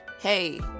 hey